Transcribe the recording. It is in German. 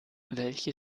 welche